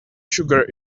sugar